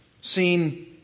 seen